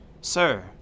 Sir